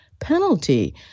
penalty